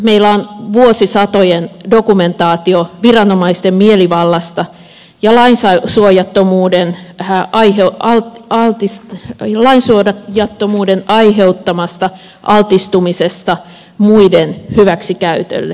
meillä on vuosisatojen dokumentaatio viranomaisten mielivallasta jolloin sain suojattomuuden ja aiheuttaa artis joillain sodan ja lainsuojattomuuden aiheuttamasta altistumisesta muiden hyväksikäytölle